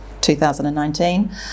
2019